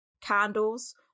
candles